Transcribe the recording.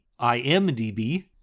IMDB